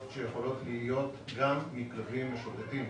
שיכולות להיות גם מכלבים משוטטים.